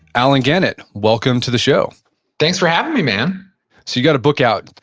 allen gannett, welcome to the show thanks for having me, man you've got a book out,